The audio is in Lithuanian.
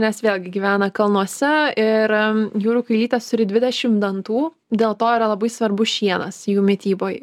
nes vėlgi gyvena kalnuose ir jūrų kiaulytės turi dvidešim dantų dėl to yra labai svarbu šienas jų mityboj